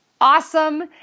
awesome